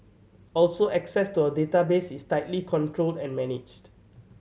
also access to our database is tightly controlled and managed